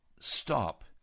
stop